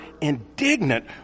indignant